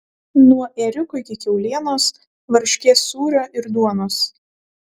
nuo ėriuko iki kiaulienos varškės sūrio ir duonos